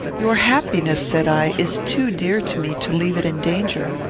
your happiness, said i, is too dear to me to leave it in danger.